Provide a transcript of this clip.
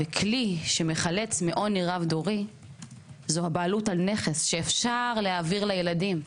כלי שמחלץ מעוני רב דורי זו הבעלות על נכס שאפשר להעביר לילדים.